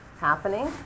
happening